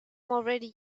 already